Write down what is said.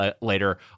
later